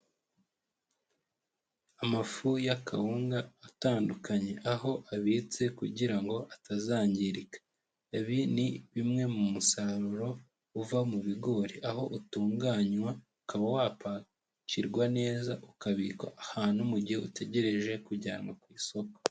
Amafu y'akawunga atandukanye aho abitse kugira ngo atazangirika, ibi ni bimwe mu musaruro uva mu bigori aho utunganywa ukaba wapakirwa neza ukabikwa ahantu mu gihe utegereje kujyanwa ku isoko.